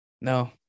No